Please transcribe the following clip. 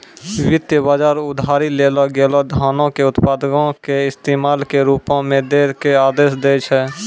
वित्त बजार उधारी लेलो गेलो धनो के उत्पादको के इस्तेमाल के रुपो मे दै के आदेश दै छै